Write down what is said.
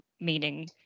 meaning